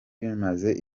bimaze